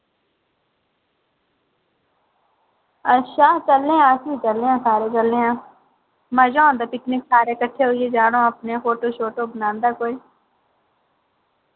अच्छा चलने आं अस बी चलने आं सारे चलने आं मजा औंदा पिकनिक सारे कट्ठे होइयै जाना अपने फोटो शोटो बनांदा कोई